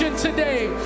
today